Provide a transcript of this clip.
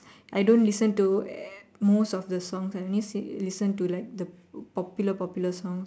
I don't listen to most of the songs I only listen to the popular popular songs